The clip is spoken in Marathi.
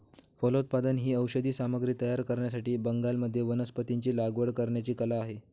फलोत्पादन ही औषधी सामग्री तयार करण्यासाठी बागांमध्ये वनस्पतींची लागवड करण्याची कला आहे